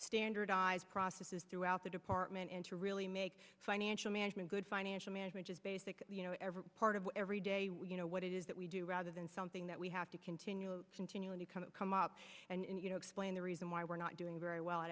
standardize processes throughout the department and to really make financial management good financial management as basic you know every part of every day you know what it is that we do rather than something that we have to continue continually kind of come up and you know explain the reason why we're not doing very well